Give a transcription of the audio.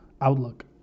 outlook